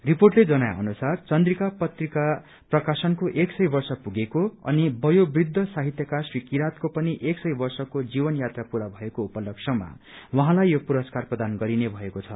रिपोर्टले जनाए अनुसार चन्द्रिका पत्रिका प्रकाशनको एक सय वर्ष पूगेको अनि वयोवृद्ध साहित्यकार श्री किरातको पनि एक सय वर्षको जीवन यात्रा पूरा भएको उपलक्ष्यमा उहाँलाई यो पुरस्कार प्रदान गरिने भएको छ